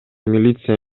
милиция